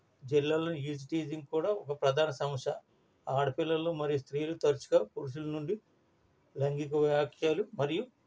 జిల్లాలో eve teasing కూడా ప్రధాన సమస్య ఆడపిల్లలు మరియు స్త్రీలు తరుచుగా పురుషుల నుండి లైంగిక వ్యాఖ్యలు మరియు